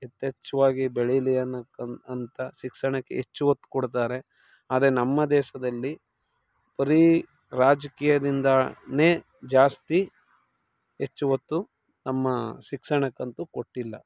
ಯಥೇಚ್ಛವಾಗಿ ಬೆಳೀಲಿ ಅನ್ನೋಕೆ ಅಂಥ ಶಿಕ್ಷಣಕ್ಕೆ ಹೆಚ್ಚು ಒತ್ತು ಕೊಡ್ತಾರೆ ಆದರೆ ನಮ್ಮ ದೇಶದಲ್ಲಿ ಬರೀ ರಾಜಕೀಯದಿಂದಲೇ ಜಾಸ್ತಿ ಹೆಚ್ಚು ಒತ್ತು ನಮ್ಮ ಶಿಕ್ಷಣಕ್ಕಂತೂ ಕೊಟ್ಟಿಲ್ಲ